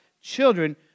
children